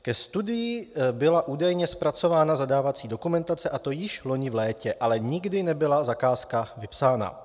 Ke studii byla údajně zpracována zadávací dokumentace, a to již loni v létě, ale nikdy nebyla zakázka vypsána.